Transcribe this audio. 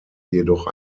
jedoch